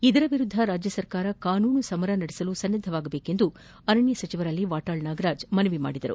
ಇದರ ವಿರುದ್ದ ರಾಜ್ಯ ಸರ್ಕಾರ ಕಾನೂನು ಸಮರ ನಡೆಸಲು ಸನ್ನದ್ದವಾಗಬೇಕೆಂದು ಅರಣ್ಣ ಸಚಿವರಲ್ಲಿ ವಾಟಾಳ್ ನಾಗರಾಜ್ ಮನವಿ ಮಾಡಿದರು